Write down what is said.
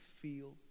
feel